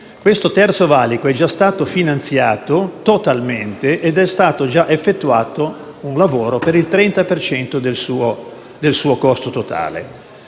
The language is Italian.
Questo Terzo valico è già stato finanziato totalmente ed è stato già effettuato un lavoro per il 30 per cento del suo costo totale.